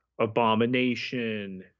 Abomination